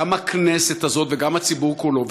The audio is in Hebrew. גם הכנסת הזאת וגם הציבור כולו.